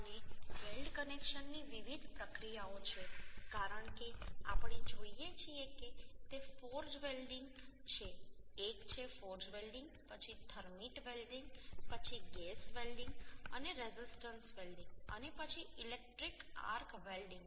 અને વેલ્ડ કનેક્શનની વિવિધ પ્રક્રિયાઓ છે કારણ કે આપણે જોઈએ છીએ કે તે ફોર્જ વેલ્ડીંગ છે એક છે ફોર્જ વેલ્ડીંગ પછી થર્મીટ વેલ્ડીંગ પછી ગેસ વેલ્ડીંગ અને રેઝિસ્ટન્સ વેલ્ડીંગ અને પછી ઇલેક્ટ્રિક આર્ક વેલ્ડીંગ